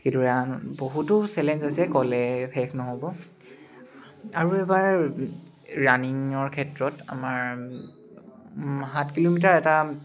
সেইটো ৰাউণ্ড বহুতো চেলেঞ্জ আছে ক'লে শেষ নহ'ব আৰু এবাৰ ৰাণিঙৰ ক্ষেত্ৰত আমাৰ সাত কিলোমিটাৰ এটা